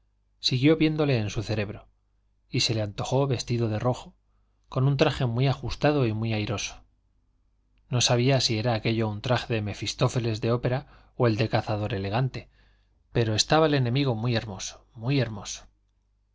siguió viéndole en su cerebro y se le antojó vestido de rojo con un traje muy ajustado y muy airoso no sabía si era aquello un traje de mefistófeles de ópera o el de cazador elegante pero estaba el enemigo muy hermoso muy hermoso